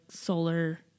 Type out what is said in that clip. solar –